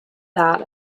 that